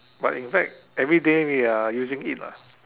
but in fact everyday we are using it lah